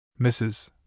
Mrs